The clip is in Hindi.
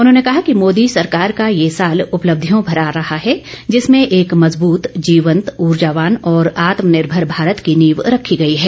उन्होंने कहा कि मोदी सरकार का ये साल उपलब्धियों मरा रहा है जिसमें एक मजबूत जीवंत ऊर्जावान और आत्मनिर्मर भारत की नींव रखी गई है